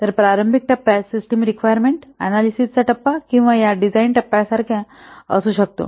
तर प्रारंभिक टप्प्यात सिस्टम रिक्वारमेन्ट अनॅलिसिस चा टप्पा किंवा या डिझाईन टप्प्यासारखा असू शकतो